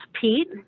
Pete